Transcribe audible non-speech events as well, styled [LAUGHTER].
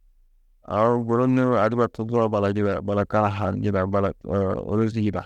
[UNINTELLIGIBLE] aũ guru nû adiba tuzoo balak yida, balak karahaa ni yida, balak [HESITATION] ôrozi yida.